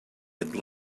had